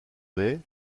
baie